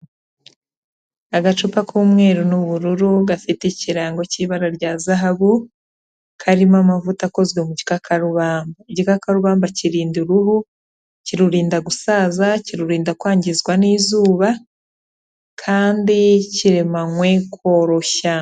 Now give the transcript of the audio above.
Agacupa k'umweru n'ubururu gafite ikirango cy'ibara rya zahabu karimo amavuta akozwe mu gikakarubamba. Igikakarubamba kirinda uruhu, kirurinda gusaza, kirurinda kwangizwa n'izuba kandi kiremanywe koroshya.